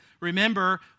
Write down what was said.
Remember